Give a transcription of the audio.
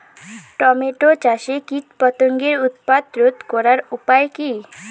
Tomato চাষে কীটপতঙ্গের উৎপাত রোধ করার উপায় কী?